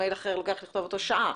מייל אחר לוקח לכתוב אותו שעה.